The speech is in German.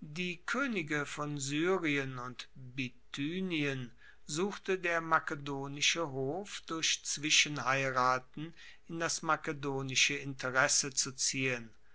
die koenige von syrien und bithynien suchte der makedonische hof durch zwischenheiraten in das makedonische interesse zu ziehen